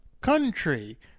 country